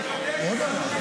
חוק?